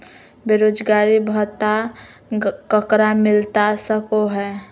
बेरोजगारी भत्ता ककरा मिलता सको है?